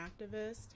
activist